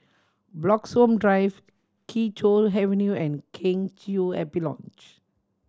Bloxhome Drive Kee Choe Avenue and Kheng Chiu Happy Lodge